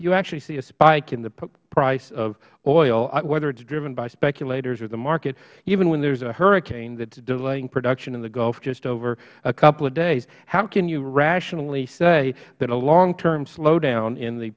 you actually see a spike in the price of oil whether it is driven by speculators or the market even when there's a hurricane that's delaying production in the gulf just over a couple of days how can you rationally say that a longterm slowdown in the